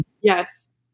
yes